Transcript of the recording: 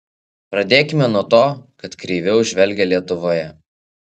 pradėkime nuo to kad kreiviau žvelgia lietuvoje